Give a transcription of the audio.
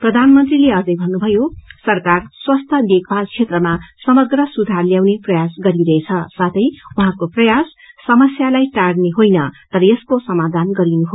प्रधानमन्त्रीले अझै भन्नुभयो सरकार स्वास्थ्य देखभागल क्षेत्रमा समग्र सुधार ल्याउने प्रयास गरिरहेछ साथै उहाँको प्रयास समस्यालाई टोर्न होइन तर यसको समाधान गरिनु हो